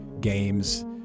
games